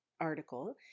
article